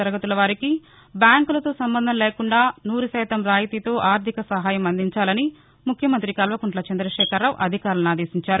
తరగతుల వారికి బ్యాంకులతో సంబంధం లేకుందా నూరు శాతం రాయితీతో ఆర్లిక సహాయం అందించాలని ముఖ్యమంతి కల్వకుంట్ల చంద్రదశేఖరరావు అధికారులను ఆదేశించారు